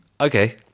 Okay